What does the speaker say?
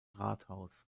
rathaus